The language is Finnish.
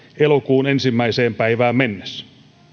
elokuun ensimmäiseen päivään mennessä